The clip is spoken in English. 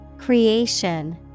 Creation